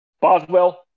Boswell